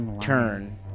turn